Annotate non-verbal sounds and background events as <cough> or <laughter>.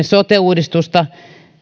<unintelligible> sote uudistusta